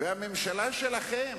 והממשלה שלכם,